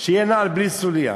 שתהיה נעל בלי סוליה.